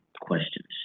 Questions